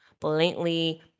blatantly